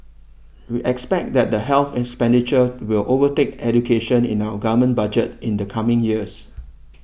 we expect that the health expenditure will overtake education in our government budget in the coming years